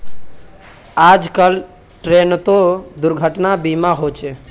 आजकल ट्रेनतो दुर्घटना बीमा होचे